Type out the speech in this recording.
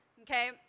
okay